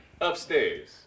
Upstairs